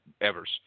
Evers